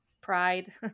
pride